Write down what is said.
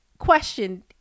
question